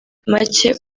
make